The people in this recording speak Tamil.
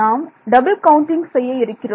நாம் டபுள் கவுண்டிங் செய்ய இருக்கிறோம்